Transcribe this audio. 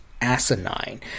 asinine